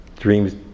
dreams